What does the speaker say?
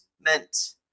meant